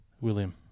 William